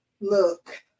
Look